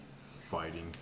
fighting